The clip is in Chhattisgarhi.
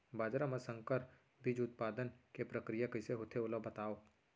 बाजरा मा संकर बीज उत्पादन के प्रक्रिया कइसे होथे ओला बताव?